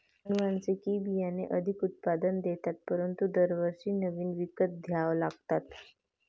अनुवांशिक बियाणे अधिक उत्पादन देतात परंतु दरवर्षी नवीन विकत घ्यावे लागतात